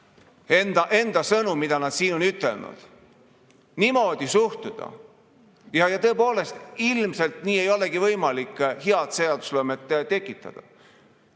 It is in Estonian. enda sõnu, mida nad siin on ütelnud. Niimoodi suhtuda? Tõepoolest, ilmselt nii ei olegi võimalik head seadusloomet tekitada.